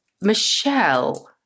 Michelle